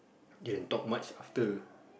can talk much after